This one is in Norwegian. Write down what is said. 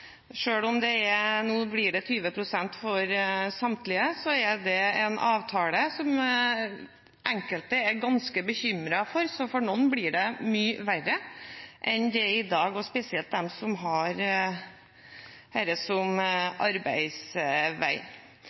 Selv om det nå blir 20 pst. for samtlige, er det en avtale som enkelte er ganske bekymret for, så for noen blir det mye verre enn det er i dag, og spesielt for dem som har dette som arbeidsvei.